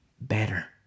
Better